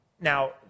Now